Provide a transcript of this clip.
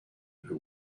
who